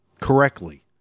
correctly